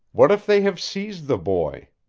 what if they have seized the boy?